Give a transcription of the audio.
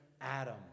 Adam